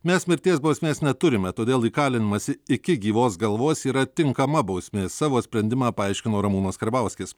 mes mirties bausmės neturime todėl įkalinimas iki gyvos galvos yra tinkama bausmė savo sprendimą paaiškino ramūnas karbauskis